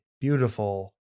beautiful